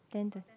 ten thir~